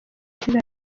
izina